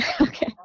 Okay